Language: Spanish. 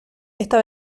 esta